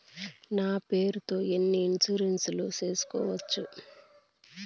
నా పేరుతో ఎన్ని ఇన్సూరెన్సులు సేసుకోవచ్చు?